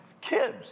kids